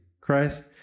Christ